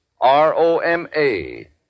R-O-M-A